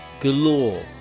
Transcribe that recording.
Galore